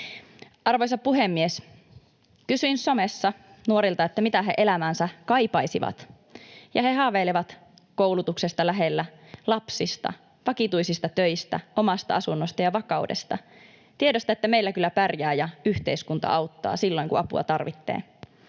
Arvoisa puhemies! Kysyin somessa nuorilta, mitä he elämäänsä kaipaisivat. He haaveilevat koulutuksesta lähellä, lapsista, vakituisista töistä, omasta asunnosta ja vakaudesta, tiedosta, että meillä kyllä pärjää ja yhteiskunta auttaa silloin, kun apua tarvitsee.